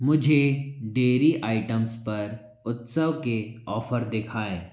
मुझे dairy items पर उत्सव के ऑफ़र दिखाएँ